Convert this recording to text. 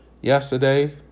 yesterday